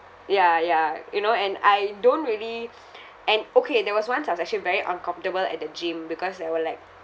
ya ya you know and I don't really and okay there was once I was actually very uncomfortable at the gym because there were like